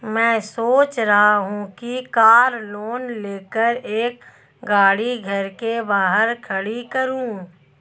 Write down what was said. मैं सोच रहा हूँ कि कार लोन लेकर एक गाड़ी घर के बाहर खड़ी करूँ